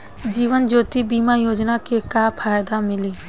जीवन ज्योति बीमा योजना के का फायदा मिली?